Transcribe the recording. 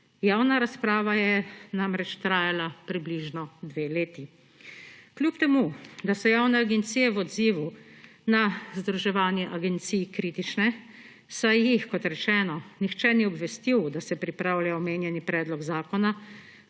Javna razprava je namreč trajala približno dve leti. Kljub temu da so javne agencije v odzivu na združevanje agencij kritične, saj jih, kot rečeno, nihče ni obvestil, da se pripravlja omenjeni predlog zakona,